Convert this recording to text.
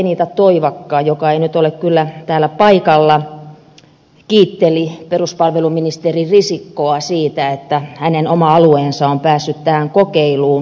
lenita toivakka joka ei nyt ole kyllä täällä paikalla kiitteli peruspalveluministeri risikkoa siitä että hänen oma alueensa on päässyt tähän kokeiluun mukaan